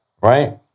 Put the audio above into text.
right